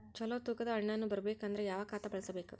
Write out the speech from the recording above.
ಚಲೋ ತೂಕ ದ ಹಣ್ಣನ್ನು ಬರಬೇಕು ಅಂದರ ಯಾವ ಖಾತಾ ಬಳಸಬೇಕು?